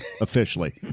officially